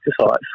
exercise